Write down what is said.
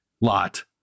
lot